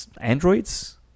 androids